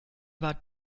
war